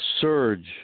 surge